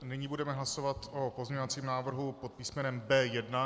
Nyní budeme hlasovat o pozměňovacím návrhu pod písmenem B1.